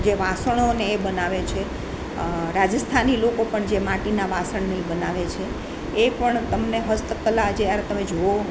જે વાસણોને એ બનાવે છે રાજસ્થાની લોકો પણ જે વાસણને એ બનાવે છે એ પણ તમને હસ્ત કલા જ્યારે તમે જોવો